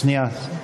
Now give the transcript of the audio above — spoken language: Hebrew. שנייה.